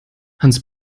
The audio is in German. hans